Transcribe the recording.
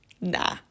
Nah